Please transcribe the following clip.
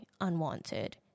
unwanted